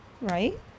right